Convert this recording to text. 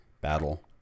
battle